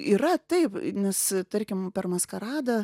yra taip nes tarkim per maskaradą